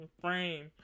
frame